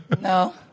No